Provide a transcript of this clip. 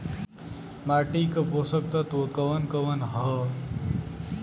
माटी क पोषक तत्व कवन कवन ह?